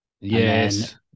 Yes